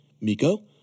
Miko